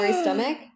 stomach